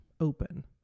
open